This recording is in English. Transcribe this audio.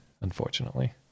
unfortunately